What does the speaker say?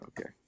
Okay